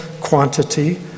quantity